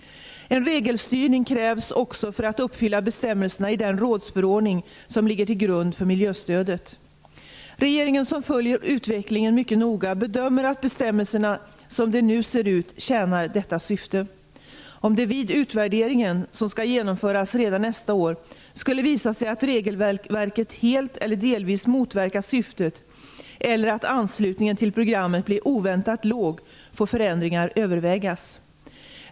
En regelstyrning krävs också för att uppfylla bestämmelserna i den rådsförordning som ligger till grund för miljöstödet. Regeringen, som följer utvecklingen mycket noga, bedömer att bestämmelserna, som de nu ser ut, tjänar detta syfte. Om det vid den utvärdering som skall genomföras redan nästa år skulle visa sig att regelverket helt eller delvis motverkar syftet eller att anslutningen till programmet blir oväntat liten får förändringar övervägas.